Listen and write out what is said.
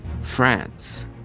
France